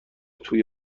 توی